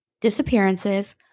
disappearances